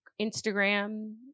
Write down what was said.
Instagram